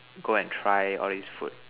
go and try all these food